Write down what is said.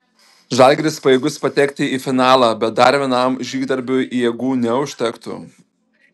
žalgiris pajėgus patekti į finalą bet dar vienam žygdarbiui jėgų neužtektų